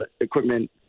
equipment